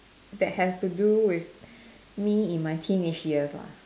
that has to do with me in my teenage years lah